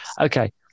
Okay